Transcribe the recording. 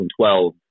2012